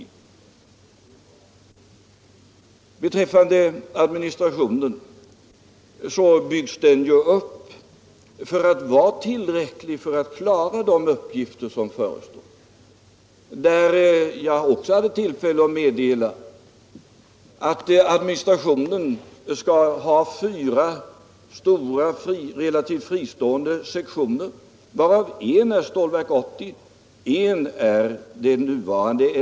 Vad beträffar administrationen byggs den upp för att man skall klara de uppgifter som kommer att finnas. I den nämnda interpellationsdebatten hade jag tillfälle att meddela att administrationen skall ha fyra stora, relativt fristående sektioner, varav en är Stålverk 80 och en det nuvarande NJA.